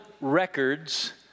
records